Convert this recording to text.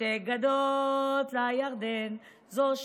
"שתי גדות לירדן / זו שלנו,